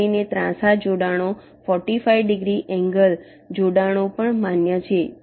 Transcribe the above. ખાસ કરીને ત્રાંસા જોડાણો 45 ડિગ્રી એંગલજોડાણો પણ માન્ય છે